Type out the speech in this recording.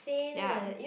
ya